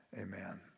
Amen